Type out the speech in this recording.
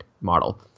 model